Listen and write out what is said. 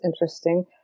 interesting